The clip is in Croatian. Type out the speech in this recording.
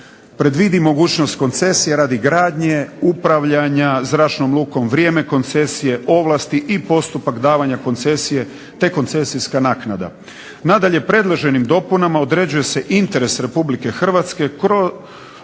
predvidi mogućnost koncesije radi gradnje, upravljanja zračnom lukom, vrijeme koncesije, ovlasti i postupak davanja koncesije, te koncesijska naknada. Nadalje, predloženim dopunama određuje se interes RH kod